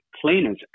Cleaners